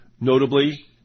notably